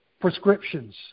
prescriptions